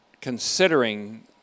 considering